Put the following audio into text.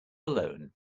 alone